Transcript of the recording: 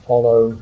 Follow